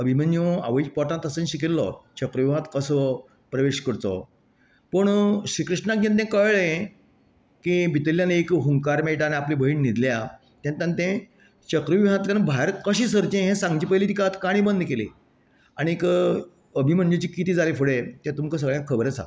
अभिमन्यू आवयच्या पोटांत आसतना शिकिल्लो चक्रव्युहांत कसो प्रवेश करचो पूण श्री कृष्णाक जेन्ना तें कळ्ळें की भितरल्यान एक हुंकार मेळटा आनी आपली भयण न्हिदल्या तेन्ना ताणें तें चक्रव्युहांतल्यान भायर कशें सरचें हें सांगचे पयली तिका आतां काणी बंद केली आनीक अभिमन्युचें कितें जालें फुडें तें तुमकां सगळ्यांक खबर आसा